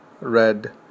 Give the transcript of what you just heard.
red